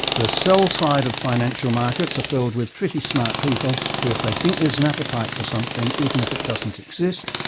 the sell side of financial markets are filled with pretty smart people, who if they think there's an appetite for something, even if it doesn't exist,